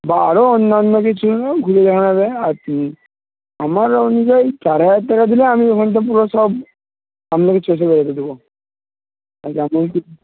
বা আরো অন্যান্য কিছু ঘুরে দেখানো যায় আর কি আমার অনুযায়ী চার হাজার টাকা দিলে আমি ওখানটা পুরো সব আপনাকে চষে বেড়াতে দেব এমনকি আপনাদেরকে